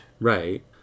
Right